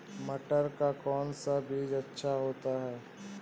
मटर का कौन सा बीज अच्छा होता हैं?